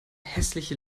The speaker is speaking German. hässliche